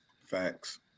Facts